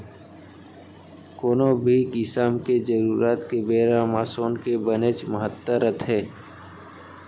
कोनो भी किसम के जरूरत के बेरा म सोन के बनेच महत्ता रथे